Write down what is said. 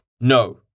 no